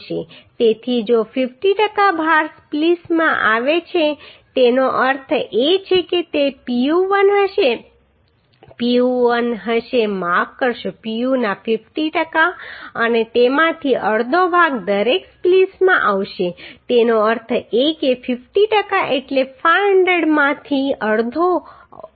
તેથી જો 50 ટકા ભાર સ્પ્લીસમાં આવે છે તેનો અર્થ એ છે કે તે Pu1 હશે Pu હશે માફ કરશો Pu ના 50 ટકા અને તેમાંથી અડધો ભાગ દરેક સ્પ્લીસમાં આવશે તેનો અર્થ એ કે 50 ટકા એટલે 500 માંથી અડધો અડધો